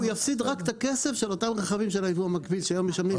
הוא יפסיד רק את הכסף של אותם רכבים של היבוא המקביל שהיום משלמים.